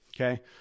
Okay